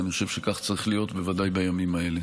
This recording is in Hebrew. אני חושב שכך צריך להיות, בוודאי בימים האלה.